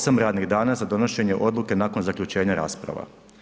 8 radnih dana za donošenje odluke nakon zaključenja rasprava.